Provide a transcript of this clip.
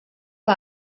que